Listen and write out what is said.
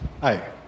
Hi